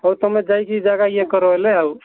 ହଉ ତୁମେ ଯାଇକି ଜାଗା ଇଏ କର ବୋଲେ ଆଉ